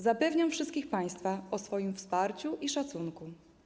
Zapewniam wszystkich państwa o swoim wsparciu i szacunku.